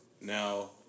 Now